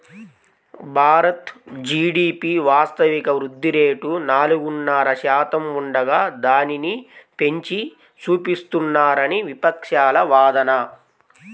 Bharat GDP వాస్తవిక వృద్ధి rate నాలుగున్నర శాతం ఉండగా దానిని పెంచి చూపిస్తున్నారని విపక్షాల వాదన